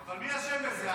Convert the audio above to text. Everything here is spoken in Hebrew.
--- אבל מי אשם בזה?